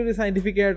scientific